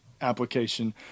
application